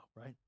right